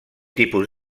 tipus